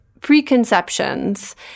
preconceptions